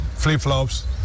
flip-flops